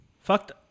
Fucked